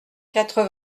quatre